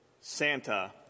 Santa